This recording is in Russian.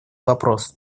вопрос